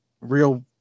real